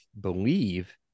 believe